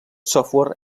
software